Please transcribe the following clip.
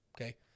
Okay